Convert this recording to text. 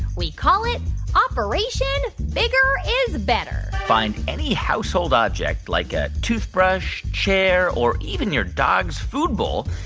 we call it operation bigger is better find any household object, like a toothbrush, chair or even your dog's food bowl,